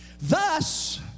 Thus